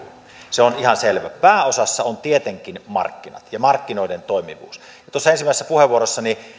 se on ihan selvä pääosassa ovat tietenkin markkinat ja markkinoiden toimivuus ensimmäisessä puheenvuorossani